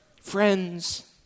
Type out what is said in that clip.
Friends